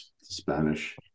Spanish